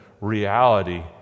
reality